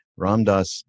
Ramdas